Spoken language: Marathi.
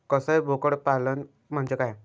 कसाई बोकड पालन म्हणजे काय?